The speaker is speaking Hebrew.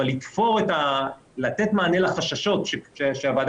בזכות לשוויון,